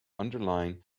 underline